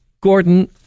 Gordon